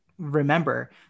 remember